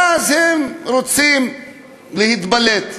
ואז הם רוצים להתבלט.